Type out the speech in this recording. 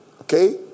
Okay